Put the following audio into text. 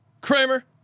Kramer